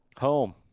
home